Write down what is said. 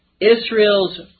Israel's